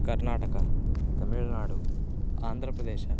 Karnataka Tamil Nadu Andhra Pradesh